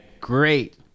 great